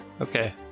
Okay